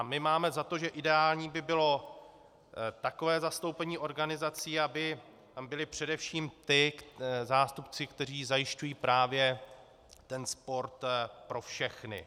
My máme za to, že ideální by bylo takové zastoupení organizací, aby tam byli především ti zástupci, kteří zajišťují právě sport pro všechny.